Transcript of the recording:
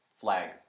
flag